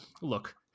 look